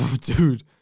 dude